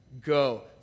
go